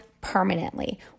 permanently